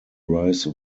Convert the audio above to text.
rise